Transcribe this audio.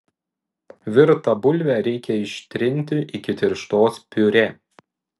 virtą bulvę reikia ištrinti iki tirštos piurė